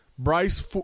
Bryce